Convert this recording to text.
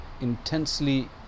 intensely